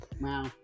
Wow